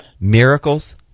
Miracles